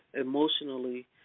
emotionally